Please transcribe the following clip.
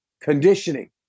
conditioning